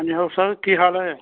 ਹਾਂਜੀ ਸਰ ਕੀ ਹਾਲ ਹੈ